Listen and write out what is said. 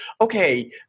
okay